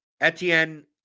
Etienne